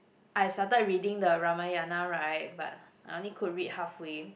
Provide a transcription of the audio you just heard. I started reading the Ramayana right but I only could read halfway